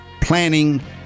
Planning